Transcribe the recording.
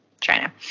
China